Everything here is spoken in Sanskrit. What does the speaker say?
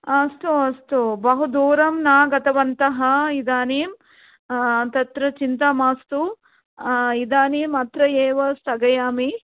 अस्तु अस्तु बहु दूरं न गतवन्तः इदानीं तत्र चिन्ता मास्तु इदानीं अत्र एव स्थगयामि